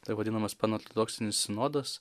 taip vadinamas panortodoksinis sinodas